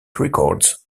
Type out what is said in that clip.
records